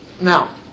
Now